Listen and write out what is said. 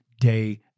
day